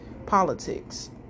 politics